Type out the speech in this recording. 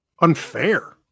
Unfair